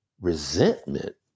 resentment